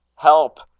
help!